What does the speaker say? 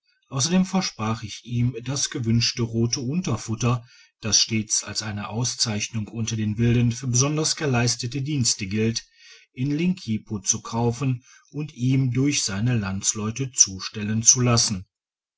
ausserdem versprach ich ihm das gewünschte rote unterfutter das stets als eine auszeichnung unter den wilden für besonders geleistete dienste gilt in linkipo zu kaufen und ihm durch seine landsleute zustellen zu lassen